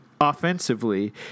offensively